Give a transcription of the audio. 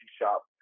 shop